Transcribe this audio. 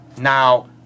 Now